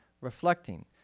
reflecting